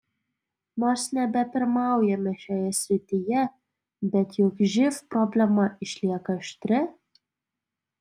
nors nebepirmaujame šioje srityje bet juk živ problema išlieka aštri